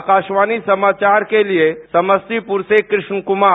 आकाशवाणी समाचार के लिए समस्तीपुर से कृष्ण कुमार